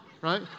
right